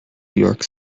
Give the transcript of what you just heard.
york